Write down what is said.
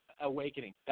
awakening